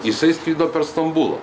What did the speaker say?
jisai skrido per stambulą